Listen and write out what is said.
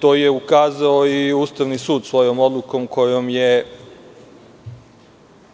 To je ukazao i Ustavni sud svojom odlukom kojom je